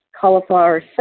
Cauliflower